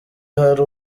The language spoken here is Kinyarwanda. hari